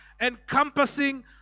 encompassing